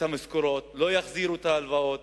לא יחזירו את ההלוואות,